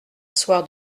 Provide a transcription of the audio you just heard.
soir